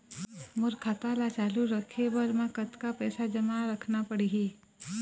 मोर खाता ला चालू रखे बर म कतका पैसा जमा रखना पड़ही?